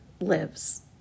lives